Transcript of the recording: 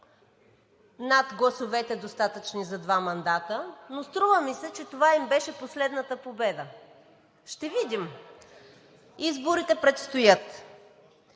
над гласовете, достатъчни за два мандата, но струва ми се, че това им беше последната победа. Ще видим. Изборите предстоят.